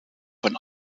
von